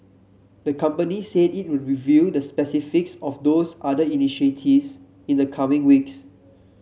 the company said it would reveal the specifics of those other initiatives in the coming weeks